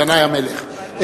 ינאי המלך.